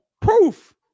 proof